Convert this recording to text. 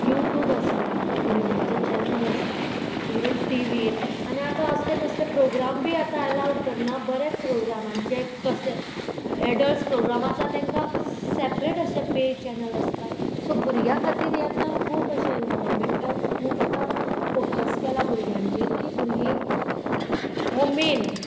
YouTube आसा भुरग्यांचे channel आसा इवन टिवीर आनी आतां असले तसले प्रोग्राम बी आतां अलावड करना बरे प्रोग्रामांचे कसले एडल्ट्स प्रोग्राम आसा तेंकां सेपरेट अशे पे चॅनल आसता सो भुरग्यां खातीर आतां खूब अशें गोवोरमेंटान बी खूब आतां फोकस केला भुरग्यांचेर की भुरगीं हो मेन